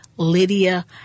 Lydia